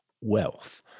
wealth